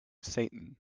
satan